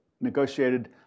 negotiated